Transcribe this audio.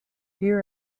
here